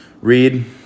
read